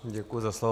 Děkuji za slovo.